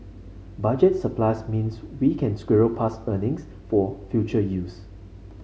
budget surplus means we can squirrel past earnings for future use